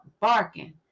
barking